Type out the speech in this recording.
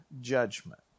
judgment